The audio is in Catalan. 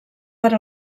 per